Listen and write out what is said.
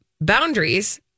boundaries